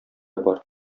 бар